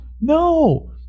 no